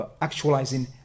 actualizing